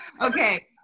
okay